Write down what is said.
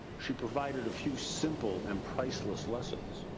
she provided a few simple and priceless lessons.